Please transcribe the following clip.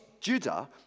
Judah